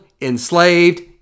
enslaved